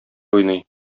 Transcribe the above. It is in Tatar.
уйный